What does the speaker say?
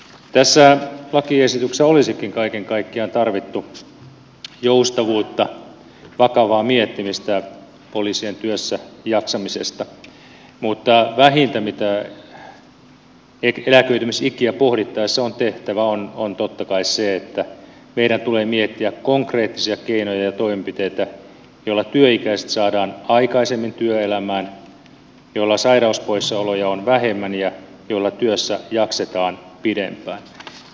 tässä lakiesityksessä olisikin kaiken kaikkiaan tarvittu joustavuutta poliisien työssä jaksamisen vakavaa miettimistä mutta vähintä mitä eläköitymisikiä pohdittaessa on tehtävä on totta kai se että meidän tulee miettiä konkreettisia keinoja ja toimenpiteitä joilla työikäiset saadaan aikaisemmin työelämään joilla sairauspoissaoloja on vähemmän ja joilla työssä jaksetaan pidempään